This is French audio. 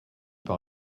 par